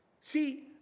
See